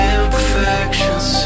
imperfections